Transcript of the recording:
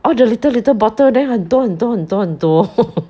all the little little bottle then 很多很多很多很多